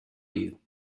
you